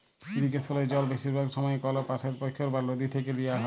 ইরিগেসলে জল বেশিরভাগ সময়ই কল পাশের পখ্ইর বা লদী থ্যাইকে লিয়া হ্যয়